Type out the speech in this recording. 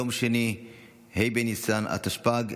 יום שני ה' בניסן התשפ"ג,